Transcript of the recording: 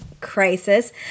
crisis